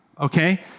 Okay